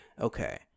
okay